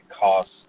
cost